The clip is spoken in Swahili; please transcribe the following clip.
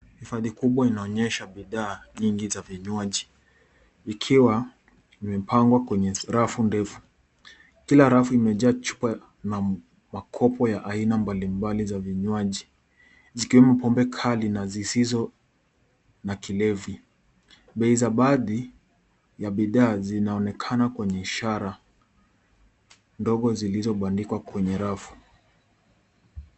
Hifadhi kubwa inaonyesha bidhaa nyingi za vinywaji vikiwa vimepangwa kwenye rafu ndefu. Kila rafu imejaa chupa na makopo ya aina mbalimbali za vinywaji zikiwemo pombe kali na zisizo na kilevi. Bei za baadhi ya bidhaa zinaonekana kwenye ishara ndogo zilizo bandikwa kwenye rafu.